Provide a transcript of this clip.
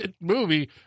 movie